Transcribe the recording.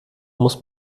muss